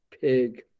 Pig